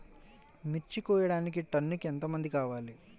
మిర్చి కోయడానికి టన్నుకి ఎంత మంది కావాలి?